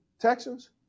Texans